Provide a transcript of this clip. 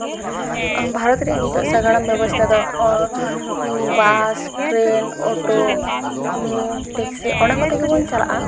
ᱵᱷᱟᱨᱚᱛ ᱨᱮᱭᱟᱜ ᱱᱤᱛᱳᱜ ᱥᱟᱜᱟᱲᱚᱢ ᱵᱮᱵᱚᱥᱛᱟ ᱫᱚ ᱵᱟᱥ ᱴᱨᱮᱹᱱ ᱚᱴᱳ ᱴᱮᱠᱥᱤ ᱚᱱᱟ ᱠᱚ ᱛᱮᱜᱮ ᱵᱚᱱ ᱪᱟᱞᱟᱜᱼᱟ